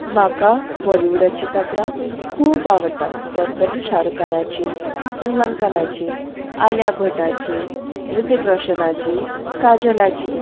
म्हाका बॉलिवूडाची कांतरां खूब आवडटा चड करून शाहारूख खानाची सलमान खानाची आल्या भटाची ऋतीक रोशनाची काजलाची